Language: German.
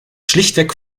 schlichtweg